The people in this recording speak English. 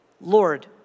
Lord